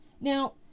Now